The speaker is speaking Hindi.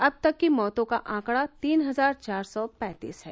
अब तक की मौतों का आंकडा तीन हजार चार सौ पैंतीस है